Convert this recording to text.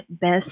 best